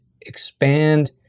expand